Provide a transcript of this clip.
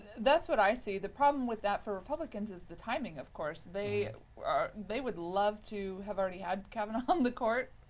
that's what i see. the problem with that for republicans is the timing, of course. they ah they would love to have already had kavanaugh on the court.